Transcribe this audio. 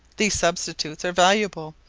these substitutes are valuable,